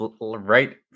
right